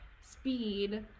speed